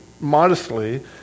modestly